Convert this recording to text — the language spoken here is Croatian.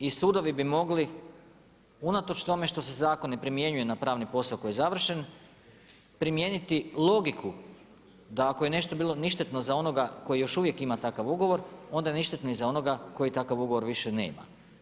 I sudovi bi mogli unatoč tome što se zakon ne primjenjuje na pravni posao koji je završen primijeniti logiku da ako je nešto bilo ništetno za onoga koji još uvijek ima takav ugovor, onda je ništetno i za onoga koji takav ugovor više nema.